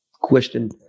question